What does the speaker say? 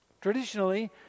Traditionally